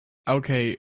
okay